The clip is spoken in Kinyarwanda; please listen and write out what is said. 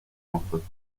mafoto